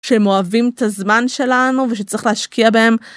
שהם אוהבים את הזמן שלנו ושצריך להשקיע בהם.